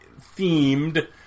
themed